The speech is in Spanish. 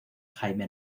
jaime